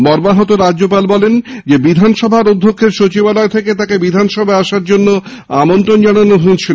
মর্মাহত রাজ্যপাল বলেন বিধানসভার অধ্যক্ষের সচিবালয় থেকে তাঁকে বিধানসভায় আসার জন্য আমন্ত্রণ জানানো হয়